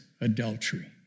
adultery